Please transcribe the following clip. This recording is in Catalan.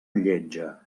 lletja